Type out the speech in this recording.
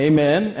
Amen